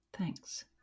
Thanks